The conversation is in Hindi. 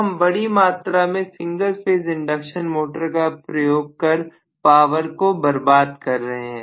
तो हम बड़ी मात्रा में सिंगल फेज इंडक्शन मोटर का प्रयोग कर पावर को बर्बाद कर रहे हैं